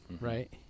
right